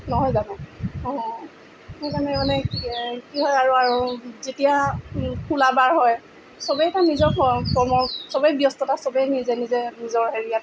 নহয় জানো অঁ সেইকাৰণে মানে কি হয় আৰু আৰু যেতিয়া খোলা বাৰ হয় চবেইতো নিজৰ কৰ্ম চবেই ব্যস্ত চবেই নিজে নিজে নিজৰ হেৰিয়াত